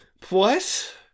Plus